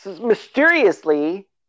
mysteriously